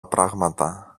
πράματα